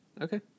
okay